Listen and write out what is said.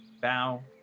bow